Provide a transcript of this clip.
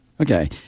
Okay